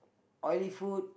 oily food